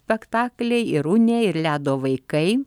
spektakliai ir unė ir ledo vaikai